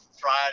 Friday